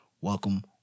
welcome